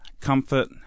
Comfort